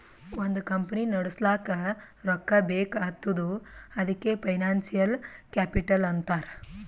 ಒಂದ್ ಕಂಪನಿ ನಡುಸ್ಲಾಕ್ ರೊಕ್ಕಾ ಬೇಕ್ ಆತ್ತುದ್ ಅದಕೆ ಫೈನಾನ್ಸಿಯಲ್ ಕ್ಯಾಪಿಟಲ್ ಅಂತಾರ್